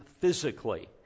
physically